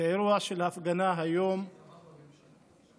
שהאירוע של ההפגנה היום בעקבות